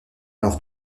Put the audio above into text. alors